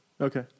Okay